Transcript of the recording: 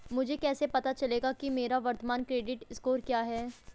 मुझे कैसे पता चलेगा कि मेरा वर्तमान क्रेडिट स्कोर क्या है?